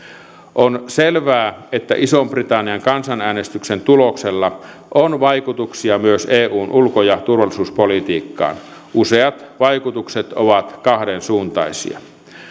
on selvää että ison britannian kansanäänestyksen tuloksella on vaikutuksia myös eun ulko ja turvallisuuspolitiikkaan useat vaikutukset ovat kahdensuuntaisia